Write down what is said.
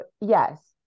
yes